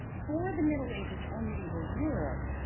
for the middle ages, for medieval europe,